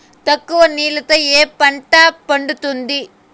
తక్కువ నీళ్లతో ఏ పంట పండుతుంది?